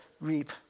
reap